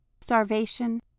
Starvation